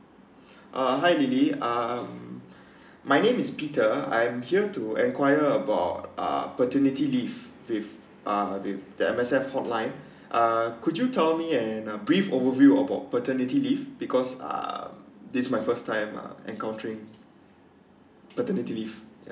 uh hi lily um my name is peter I'm here to enquire about uh paternity leave with uh with the M_S_F hotline uh could you tell me and uh brief overview about paternity leave because euh this my first time um encountering paternity leave ya